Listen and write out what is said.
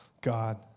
God